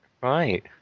right